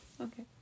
okay